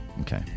Okay